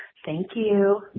thank you